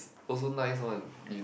also nice one you